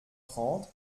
trente